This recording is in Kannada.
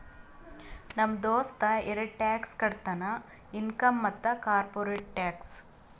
ನಮ್ ದೋಸ್ತ ಎರಡ ಟ್ಯಾಕ್ಸ್ ಕಟ್ತಾನ್ ಇನ್ಕಮ್ ಮತ್ತ ಕಾರ್ಪೊರೇಟ್ ಟ್ಯಾಕ್ಸ್